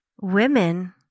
women